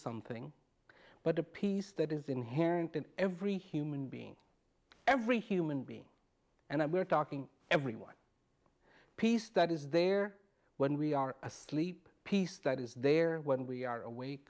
something but the peace that is inherent in every human being every human being and i were talking every one piece that is there when we are asleep peace that is there when we are awake